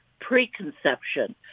preconception